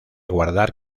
guardar